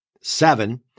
seven